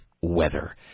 weather